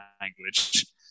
language